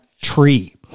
tree